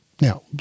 Now